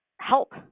help